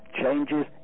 changes